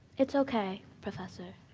it's okay, professor.